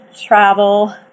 travel